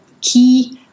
key